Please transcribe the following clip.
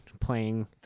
playing